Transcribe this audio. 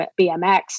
BMX